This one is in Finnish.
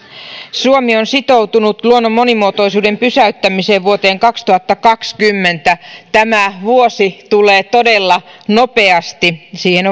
suomi on sitoutunut luonnon monimuotoisuuden köyhtymisen pysäyttämiseen vuoteen kaksituhattakaksikymmentä tämä vuosi tulee todella nopeasti siihen on